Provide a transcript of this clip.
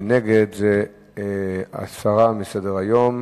ונגד זה הסרה מסדר-היום.